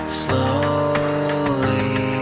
slowly